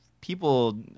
people